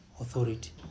authority